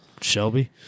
Shelby